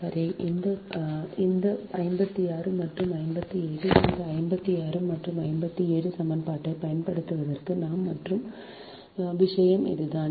சரி இந்த 56 மற்றும் 57 இந்த 56 மற்றும் 57 சமன்பாட்டைப் பயன்படுத்துவதற்கு நாம் மாற்றும் விஷயம் இதுதான்